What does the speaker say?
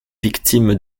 victimes